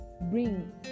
bring